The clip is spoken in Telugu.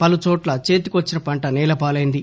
పలుచోట్ల చేతికొచ్చిన పంట నేలపాలైంది